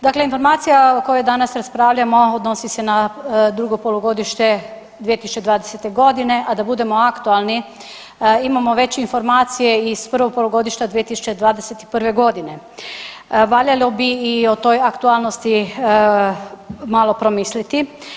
Dakle, informacija o kojoj danas raspravljamo odnosi se na drugo polugodište 2020.g., a da budemo aktualni, imamo već informacije iz prvog polugodišta 2021.g., valjalo bi i o toj aktualnosti malo promisliti.